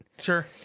Sure